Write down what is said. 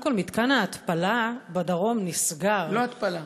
קודם כול, מתקן ההתפלה בדרום נסגר, לא התפלה,